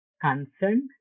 concerned